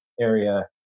area